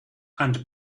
and